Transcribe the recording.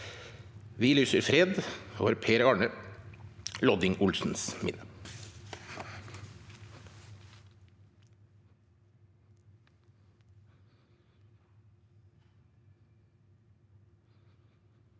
Vi lyser fred over Per Arne Lodding Olsens minne.